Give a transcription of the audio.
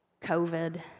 COVID